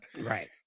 Right